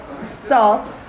stop